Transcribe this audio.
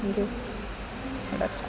ഇത് അരച്ച്